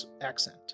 accent